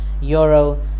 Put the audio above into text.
euro